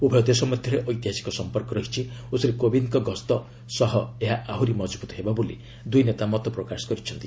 ଉଭୟ ଦେଶ ମଧ୍ୟରେ ଐତିହାସିକ ସମ୍ପର୍କ ରହିଛି ଓ ଶ୍ରୀ କୋବିନ୍ଦ୍ଙ୍କ ଗସ୍ତ ସହ ଏହା ଆହୁରି ମକ୍ତବୁତ୍ ହେବ ବୋଲି ଦୁଇ ନେତା ମତପ୍ରକାଶ କରିଛନ୍ତି